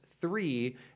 three